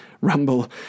ramble